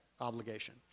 obligation